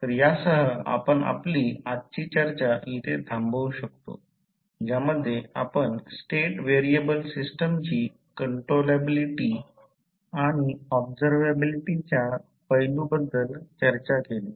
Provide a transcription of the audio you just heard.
तर यासह आपण आपली आजची चर्चा इथे थांबवू शकतो ज्यामध्ये आपण स्टेट व्हेरिएबल सिस्टिमची कंट्रोलॅबिलिटी आणि ऑब्झरव्हेबिलिटीच्या पैलूबद्दल चर्चा केली